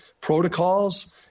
protocols